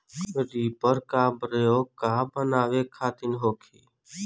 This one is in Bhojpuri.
रिपर का प्रयोग का बनावे खातिन होखि?